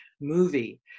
movie